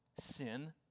sin